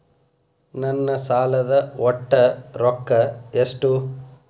ನನ್ನ ಸಾಲದ ಒಟ್ಟ ರೊಕ್ಕ ಎಷ್ಟು?